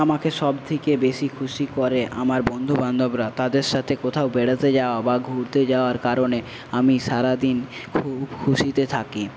আমাকে সবথেকে বেশি খুশি করে আমার বন্ধুবান্ধবরা তাদের সাথে কোথাও বেড়াতে যাওয়া বা ঘুরতে যাওয়ার কারণে আমি সারাদিন খুব খুশিতে থাকি